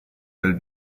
del